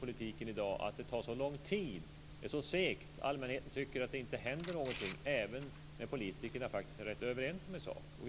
politiken är att det tar så lång tid, det är så segt. Allmänheten tycker att det inte händer någonting även om politiker faktiskt är rätt överens om saker.